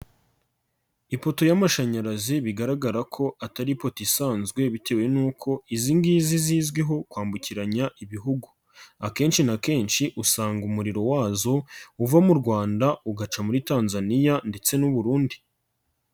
Ipoto y'amashanyarazi bigaragara ko atari ipoto isanzwe bitewe n'uko izi ngizi zizwiho kwambukiranya ibihugu, akenshi na kenshi usanga umuriro wazo uva mu Rwanda, ugaca muri Tanzaniya ndetse n'u Burundi.